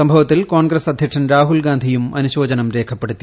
സംഭവത്തിൽ കോൺഗ്രസ് അധ്യക്ഷൻ രാഹുൽഗാന്ധിയും അനുശോചനം രേഖപ്പെടുത്തി